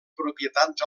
propietats